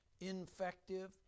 infective